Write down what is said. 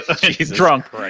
Drunk